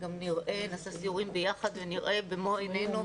נעשה סיורים ביחד ונראה במו עינינו,